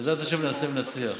נעשה ונצליח.